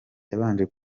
yabanje